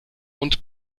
und